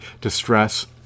distress